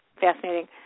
fascinating